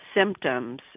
symptoms